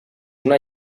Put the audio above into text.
una